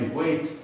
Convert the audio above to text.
wait